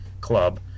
Club